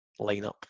lineup